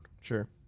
Sure